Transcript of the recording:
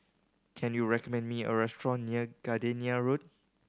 can you recommend me a restaurant near Gardenia Road